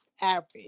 average